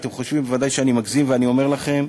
אתם חושבים בוודאי שאני מגזים, ואני אומר לכם,